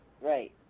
Right